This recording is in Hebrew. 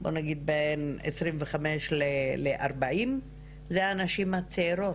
בוא נגיד בין 25 ל-40, אלו הנשים הצעירות.